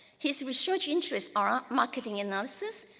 his research interests are marketing analysis,